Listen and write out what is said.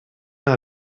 our